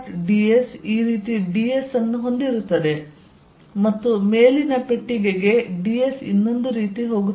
ds ಈ ರೀತಿ ds ಅನ್ನು ಹೊಂದಿರುತ್ತದೆ ಮತ್ತು ಮೇಲಿನ ಪೆಟ್ಟಿಗೆಗೆ ds ಇನ್ನೊಂದು ರೀತಿ ಹೋಗುತ್ತದೆ